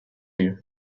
you